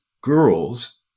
girls